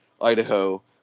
Idaho